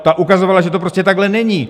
Ta ukazovala, že to prostě takhle není.